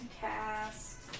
cast